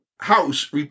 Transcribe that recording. House